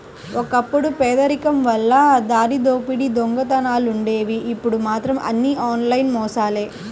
ఒకప్పుడు పేదరికం వల్ల దారిదోపిడీ దొంగతనాలుండేవి ఇప్పుడు మాత్రం అన్నీ ఆన్లైన్ మోసాలే